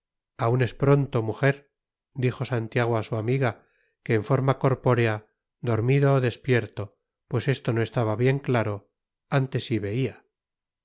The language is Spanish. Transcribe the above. aún es pronto mujer dijo santiago a su amiga que en forma corpórea dormido o despierto pues esto no estaba bien claro ante sí veía